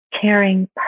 caring